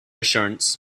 assurance